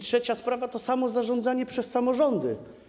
Trzecia sprawa to samo zarządzanie przez samorządy.